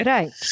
Right